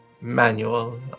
manual